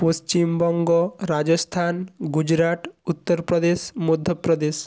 Paschimbanga Rajasthan Gujarat Uttar Pradesh Madhya Pradesh